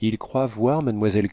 il croit voir mademoiselle